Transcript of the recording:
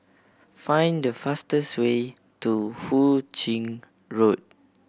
find the fastest way to Hu Ching Road